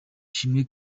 ishimwe